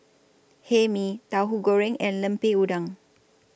Hae Mee Tauhu Goreng and Lemper Udang